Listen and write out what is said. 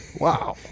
wow